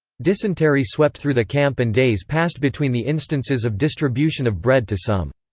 dysentery swept through the camp and days passed between the instances of distribution of bread to some.